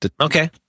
okay